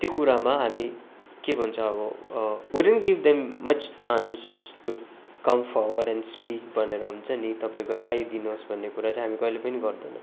त्यो कुरामा हामी के भन्छ अब we didn't give them much chance to come forward and speak भनेर हुन्छ नि तपाईँको राय दिनुहोस् भन्ने कुरा चाहिँ हामी कहिले पनि गर्दैनौँ